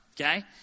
Okay